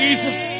Jesus